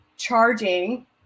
charging